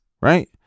right